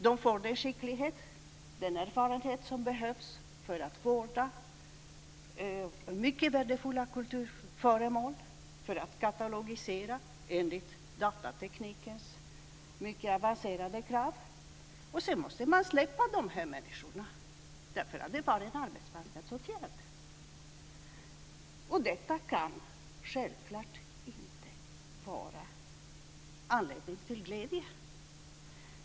De får den skicklighet och den erfarenhet som behövs för att vårda mycket värdefulla kulturföremål och för att katalogisera enligt datateknikens mycket avancerade krav. Sedan måste man släppa dessa människor, därför att det var en arbetsmarknadsåtgärd. Detta kan självfallet inte vara anledning till glädje.